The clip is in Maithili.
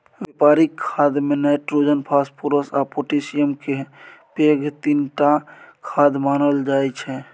बेपारिक खादमे नाइट्रोजन, फास्फोरस आ पोटाशियमकेँ पैघ तीनटा खाद मानल जाइ छै